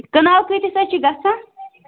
کنال کۭتیِس سۭتۍ چھِ گژھان